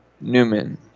Newman